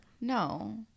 No